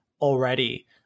already